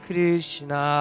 Krishna